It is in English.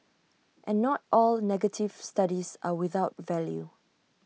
and not all negative studies are without value